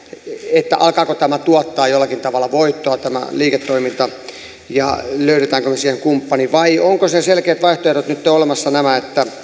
että alkaako tämä liiketoiminta tuottaa jollakin tavalla voittoa ja löydämmekö me siihen kumppanin vai ovatko sen selkeät vaihtoehdot nyt olemassa nämä että